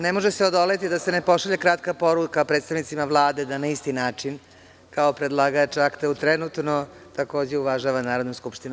Ne može se odoleti da se ne pošalje kratka poruka predstavnicima Vlade da na isti način, kao predlagač akta trenutno, takođe uvažava Narodnu skupštinu.